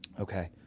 Okay